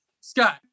Scott